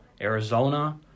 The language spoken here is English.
Arizona